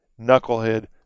knucklehead